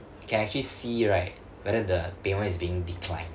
can actually see right whether the payment is being decline